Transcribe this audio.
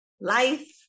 life